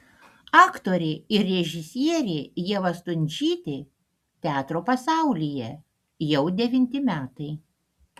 aktorė ir režisierė ieva stundžytė teatro pasaulyje jau devinti metai